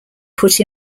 put